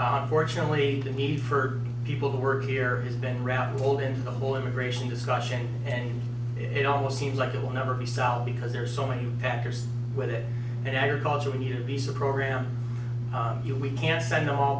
unfortunately the need for people to work here has been rolled into the whole immigration discussion and it almost seems like it will never be solved because there's so many factors with it in agriculture we need a visa program we can't send them all